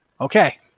Okay